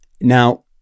Now